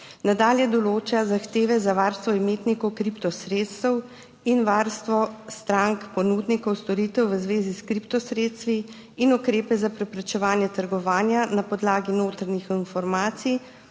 Nadalje določa zahteve za varstvo imetnikov kriptosredstev in varstvo strank, ponudnikov storitev v zvezi s kriptosredstvi in ukrepe za preprečevanje trgovanja na podlagi notranjih informacij,